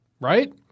Right